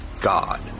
God